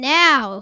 now